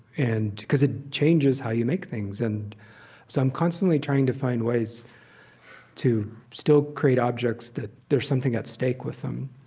and because it changes how you make things. and so i'm constantly trying to find ways to still create objects that there's something at stake with them.